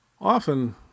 Often